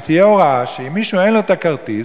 שתהיה הוראה שמי שאין לו את הכרטיס,